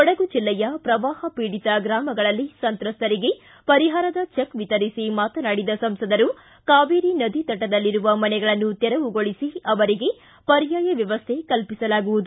ಕೊಡಗು ಜಿಲ್ಲೆಯ ಪ್ರವಾಹ ಪೀಡಿತ ಗ್ರಾಮಗಳಲ್ಲಿ ಸಂತ್ರಸ್ತರಿಗೆ ಪರಿಹಾರದ ಚೆಕ್ ವಿತರಿಸಿ ಮಾತನಾಡಿದ ಸಂಸದರು ಕಾವೇರಿ ನದಿ ತಟದಲ್ಲಿರುವ ಮನೆಗಳನ್ನು ತೆರವುಗೊಳಿಸಿ ಅವರಿಗೆ ಪರ್ಯಾಯ ವ್ಯವಸ್ಥೆ ಕಲ್ಪಿಸಲಾಗುವುದು